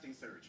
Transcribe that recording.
surge